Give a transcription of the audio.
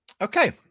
okay